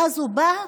ואז הוא בא,